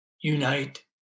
unite